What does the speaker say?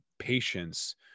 patience